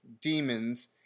demons